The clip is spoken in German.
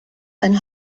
ein